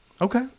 Okay